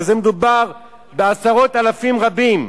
כשמדובר בעשרות אלפים רבים,